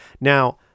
Now